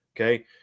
Okay